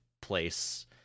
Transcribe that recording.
place